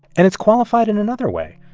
and it's qualified in another way.